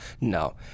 No